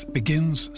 begins